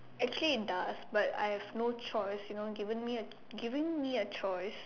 actually it does but I have no choice you know given me a giving me a choice